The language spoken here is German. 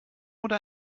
oder